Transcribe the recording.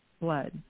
blood